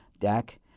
deck